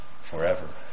forever